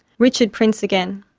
richard prince again.